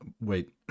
Wait